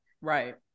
Right